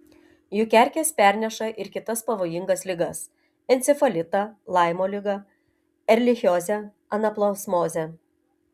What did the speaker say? juk erkės perneša ir kitas pavojingas ligas encefalitą laimo ligą erlichiozę anaplazmozę